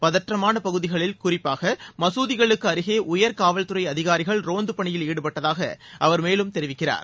பதற்றமான பகுதிகளில் குறிப்பாக மசூதிகளுக்கு அருகே உயர் காவல்துறை அதிகாரிகள் ரோந்தப்பணியில் ஈடுபட்டதாக அவர் மேலும் தெரிவிக்கிறார்